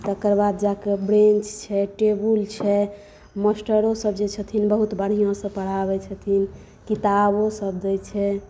तकर बाद जाकऽ ब्रेंच छै टेबुल छै मास्टरोसब जे छथिन बहुत बढ़िआँसँ पढ़ाबै छथिन किताबो सब दै छै